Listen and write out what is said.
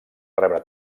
rebre